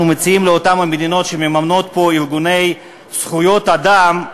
אנחנו מציעים לאותן מדינות שמממנות פה ארגוני זכויות אדם,